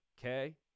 Okay